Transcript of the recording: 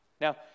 Now